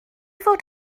fod